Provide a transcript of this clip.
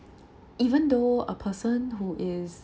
even though a person who is